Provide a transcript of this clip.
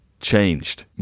changed